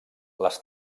les